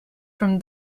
from